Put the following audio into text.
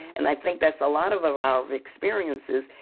and i think that's a lot of of our experiences.